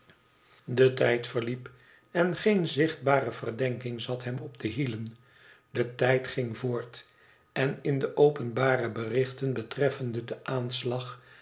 de tijd verliep en geen zichtbare verdenking zat hem op de hielen de tijd ging voort en in de openbare berichten betreffende den aanslag